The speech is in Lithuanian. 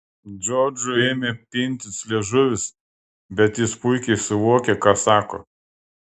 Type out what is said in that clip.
džordžui ėmė pintis liežuvis bet jis puikiai suvokė ką sako